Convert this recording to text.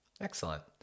Excellent